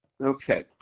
Okay